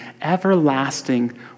everlasting